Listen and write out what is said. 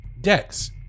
Dex